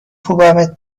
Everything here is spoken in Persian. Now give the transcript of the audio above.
کوبمت